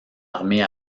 armée